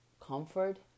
comfort